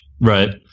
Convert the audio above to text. Right